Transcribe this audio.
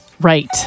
Right